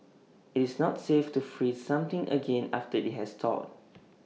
IT is not safe to freeze something again after IT has thawed